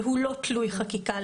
והוא לא תלוי חקיקה.